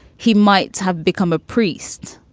he might have become a priest.